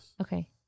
Okay